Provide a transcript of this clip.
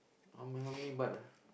how many how many baht ah